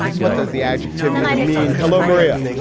what does the adjective even mean? hello, maria.